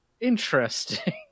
Interesting